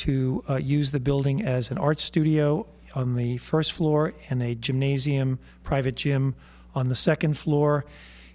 to use the building as an art studio on the first floor in a gymnasium private gym on the second floor